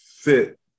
fit